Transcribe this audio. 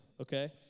okay